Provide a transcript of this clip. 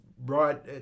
right